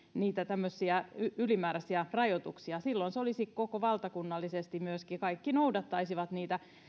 tämmöisiä ylimääräisiä rajoituksia silloin se olisi myöskin valtakunnallisesti niin että kaikki noudattaisivat niitä